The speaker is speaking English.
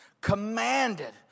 commanded